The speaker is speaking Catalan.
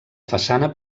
façana